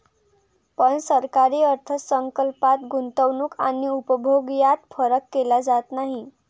पण सरकारी अर्थ संकल्पात गुंतवणूक आणि उपभोग यात फरक केला जात नाही